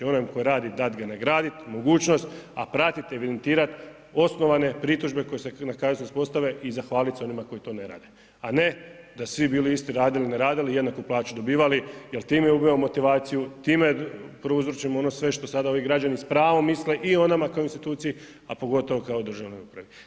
Onome koji radi, dat ga nagradit, mogućnost, a pratit, evidentirat osnovane pritužbe koje se na kraju uspostave i zahvalit se onima koji to ne rade a ne da svi bili isti, radili, ne radili, jednaku plaću dobivali jer time ubijamo motivaciju, time prouzročimo ono sve što sada ovi građani s pravom misle i o nama kao instituciji a pogotovo kao državnoj upravi.